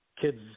Kids